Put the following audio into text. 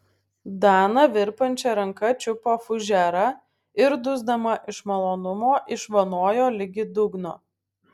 dana virpančia ranka čiupo fužerą ir dusdama iš malonumo išvanojo ligi dugno